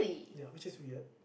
ya which is weird